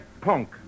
punk